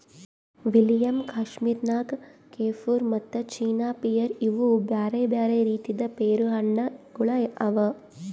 William, Kashmir Nakh, Kieffer ಮತ್ತ China pear ಇವು ಬ್ಯಾರೆ ಬ್ಯಾರೆ ರೀತಿದ್ ಪೇರು ಹಣ್ಣ ಗೊಳ್ ಅವಾ